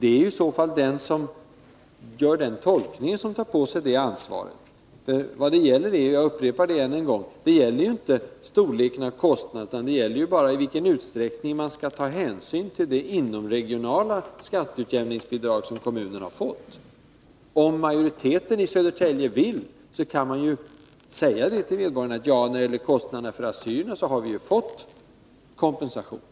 Det är i så fall den som gör denna tolkning som får ta på sig det ansvaret. Det gäller ju inte — jag upprepar detta — kostnadens storlek utan bara i vilken utsträckning man skall ta hänsyn till det inomregionala skatteutjämningsbidrag som kommunen har fått. Om majoriteten i Södertälje vill, går det ju att säga till vederbörande att när det gäller kostnaderna för assyrierna har det lämnats kompensation.